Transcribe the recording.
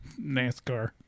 NASCAR